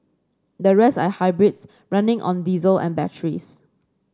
the rest are hybrids running on diesel and batteries